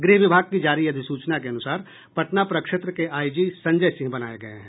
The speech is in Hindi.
गृह विभाग की जारी अधिसूचना के अनुसार पटना प्रक्षेत्र के आईजी संजय सिंह बनाये गये हैं